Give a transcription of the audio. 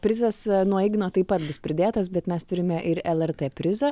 prizas nuo igno taip pat bus pridėtas bet mes turime ir lrt prizą